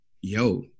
yo